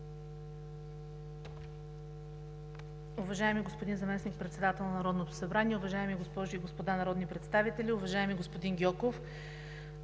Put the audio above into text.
Уважаеми господин Заместник-председател на Народното събрание, уважаеми госпожи и господа народни представители, уважаеми господин Гьоков!